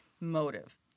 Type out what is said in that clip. motive